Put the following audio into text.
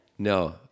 No